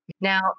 Now